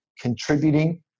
contributing